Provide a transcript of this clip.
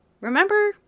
Remember